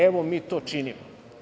Evo, mi to činimo.